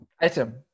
Item